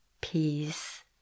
peace